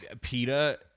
PETA